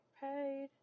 paid